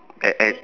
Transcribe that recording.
at at